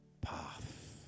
path